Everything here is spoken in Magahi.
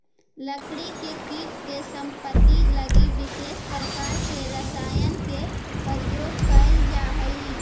लकड़ी के कीट के समाप्ति लगी विशेष प्रकार के रसायन के प्रयोग कैल जा हइ